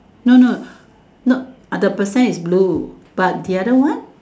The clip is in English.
no no no the percent is blue but the other one